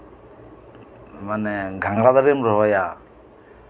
ᱢᱟᱱᱮ ᱜᱷᱟᱸᱜᱽᱨᱟ ᱫᱟᱨᱮᱢ ᱨᱚᱦᱚᱭᱟ